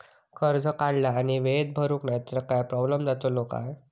कर्ज काढला आणि वेळेत भरुक नाय तर काय प्रोब्लेम जातलो काय?